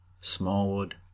Smallwood